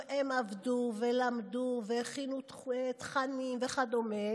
הם עבדו ולמדו והכינו תכנים וכדומה,